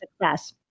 success